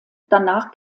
danach